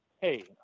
Hey